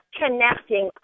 connecting